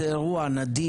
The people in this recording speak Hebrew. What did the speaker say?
זה אירוע נדיר?